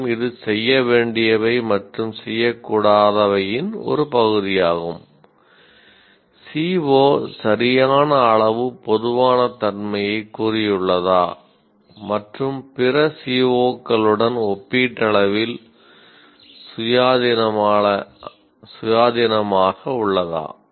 மேலும் இது செய்ய வேண்டியவை மற்றும் செய்யக்கூடாதவையின் ஒரு பகுதியாகும் CO சரியான அளவு பொதுவான தன்மையைக் கூறியுள்ளதா மற்றும் பிற CO களுடன் ஒப்பீட்டளவில் சுயாதீனமாக உள்ளதா